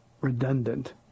redundant